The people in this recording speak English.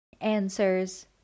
answers